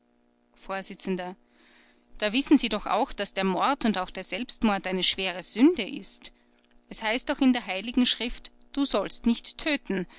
vors da wissen sie doch auch daß der mord und auch der selbstmord eine schwere sünde ist es heißt doch in der heiligen schrift du sollst nicht töten